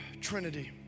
Trinity